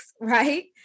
right